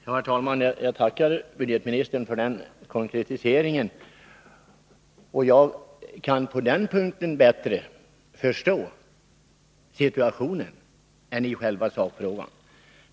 Herr talman! Jag tackar ekonomioch budgetministern för den konkretisering han här gjorde. Jag kan på denna punkt bättre förstå situationen än i själva sakfrågan.